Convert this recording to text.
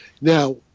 Now